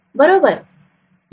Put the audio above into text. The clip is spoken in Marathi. बरोबर